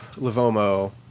Livomo